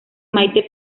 maite